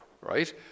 right